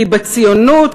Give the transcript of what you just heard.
כי בציונות,